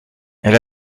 elle